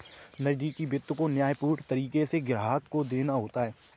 नकदी वित्त को न्यायपूर्ण तरीके से ग्राहक को देना होता है